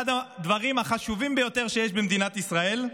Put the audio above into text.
אחד הדברים החשובים ביותר שיש במדינת ישראל,